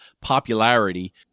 popularity